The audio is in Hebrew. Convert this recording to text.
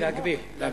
להגביר.